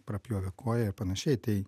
prapjovė koją ir panašiai tai